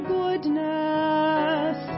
goodness